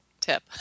tip